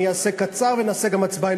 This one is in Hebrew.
אני אעשה את זה קצר,